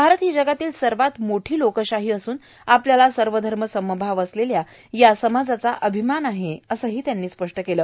भारत ही जगातील सर्वात मोठी लोकशाही असून आपल्याला सर्वधर्म समभाव असलेल्या या समाजाचा अभिमान आहे असंही त्यांनी स्पष्ट केलं